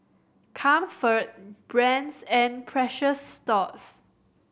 Comfort Brand's and Precious Thots